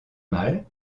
mâle